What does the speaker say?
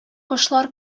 кошлар